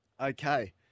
Okay